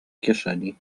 kieszeni